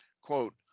quote